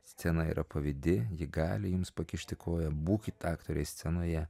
scena yra pavydi ji gali jums pakišti koją būkit aktoriai scenoje